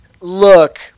Look